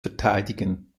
verteidigen